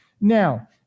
Now